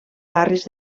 barris